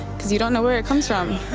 because you don't know where it comes from.